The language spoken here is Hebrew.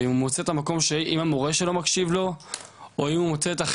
והוא מוצא את המקום שאם המורה שלו מקשיב לו,